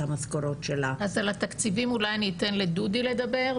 המשכורות של ה- -- אז על התקציבים אולי אני אתן לדודי לדבר.